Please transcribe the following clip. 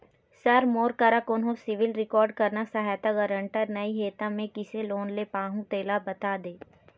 sir मोर करा कोन्हो सिविल रिकॉर्ड करना सहायता गारंटर नई हे ता मे किसे लोन ले पाहुं तेला बता दे